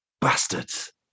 Bastards